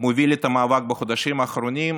מוביל את המאבק בחודשים האחרונים,